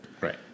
Right